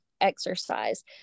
exercise